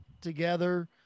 together